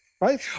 right